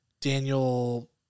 Daniel